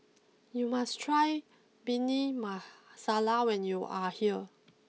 you must try Bhindi Masala when you are here